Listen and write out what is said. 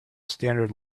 standard